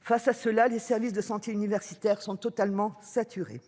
Face à cela, les services de santé universitaire sont totalement saturés.